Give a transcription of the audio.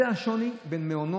זה השוני בין מעונות,